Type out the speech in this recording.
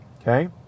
okay